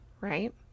right